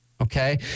Okay